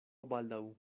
baldaŭ